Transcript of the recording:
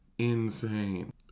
insane